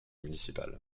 municipal